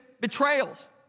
betrayals